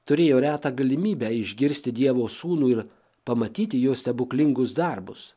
turėjo retą galimybę išgirsti dievo sūnų ir pamatyti jo stebuklingus darbus